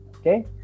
okay